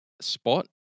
spot